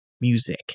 music